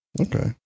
Okay